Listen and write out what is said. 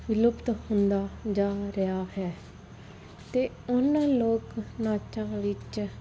ਵਿਲੁਪਤ ਹੁੰਦਾ ਜਾ ਰਿਹਾ ਹੈ ਤੇ ਉਹਨਾਂ ਲੋਕ ਨਾਚਾਂ ਵਿੱਚ